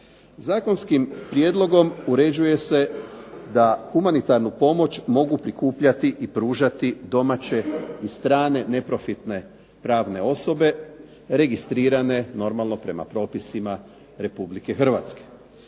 Zakonskim prijedlogom uređuje se da humanitarnu pomoć mogu prikupljati i pružati domaće i strane neprofitne pravne osobe registrirane normalno prema propisima Republike Hrvatske